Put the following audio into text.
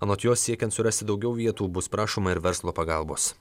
anot jo siekiant surasti daugiau vietų bus prašoma ir verslo pagalbos